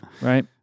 right